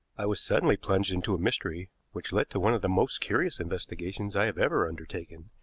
i was suddenly plunged into a mystery which led to one of the most curious investigations i have ever undertaken,